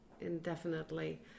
indefinitely